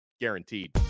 guaranteed